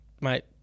mate